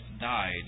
died